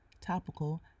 topical